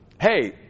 Hey